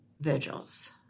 vigils